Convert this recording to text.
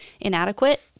inadequate